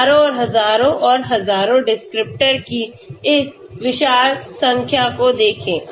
हजारों और हजारों और हजारों डिस्क्रिप्टर की इस विशाल संख्या को देखें